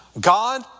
God